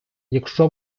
якщо